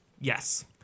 Yes